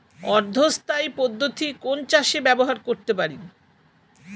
অর্ধ স্থায়ী পদ্ধতি কোন চাষে ব্যবহার করতে পারি?